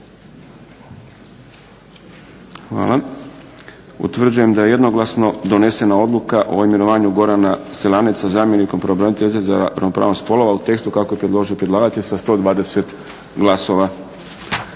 Hvala. Utvrđujem da je jednoglasno donesena Odluka o imenovanju Gorana Selaneca zamjenikom pravobraniteljice za ravnopravnost spolova u tekstu kako je predložio predlagatelj sa 120 glasova.